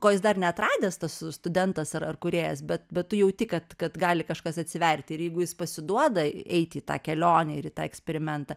ko jis dar neatradęs tas studentas ar ar kūrėjas bet bet tu jauti kad kad gali kažkas atsiverti ir jeigu jis pasiduoda eiti į tą kelionę ir į tą eksperimentą